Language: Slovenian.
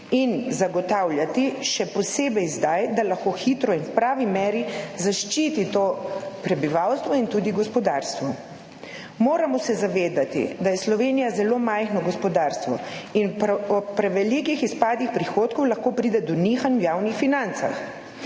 in zagotavljati, še posebej zdaj, da lahko hitro in v pravi meri zaščiti to prebivalstvo in tudi gospodarstvo. Moramo se zavedati, da ima Slovenija zelo majhno gospodarstvo in ob prevelikih izpadih prihodkov lahko pride do nihanj v javnih financah.